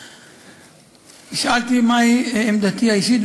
נשאלתי מהי עמדתי האישית,